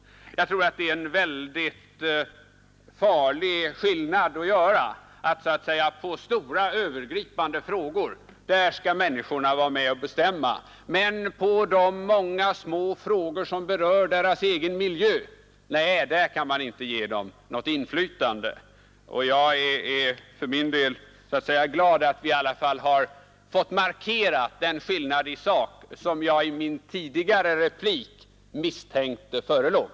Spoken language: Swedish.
Jag tror att det är farligt att göra en så stor skillnad; när det gäller stora övergripande frågor skall människorna vara med och bestämma men när det gäller de många små frågor som berör deras egen miljö kan man inte ge dem något inflytande. Jag är för min del glad över att vi i alla fall har fått markera den skillnad i sak som jag i min tidigare replik misstänkte förelåg.